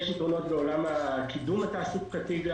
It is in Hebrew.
יש יתרונות בעולם הקידום התעסוקתי.